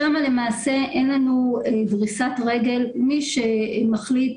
שם למעשה אין לנו דריסת רגל ומי שמחליט